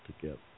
together